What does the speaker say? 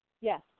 Yes